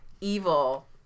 evil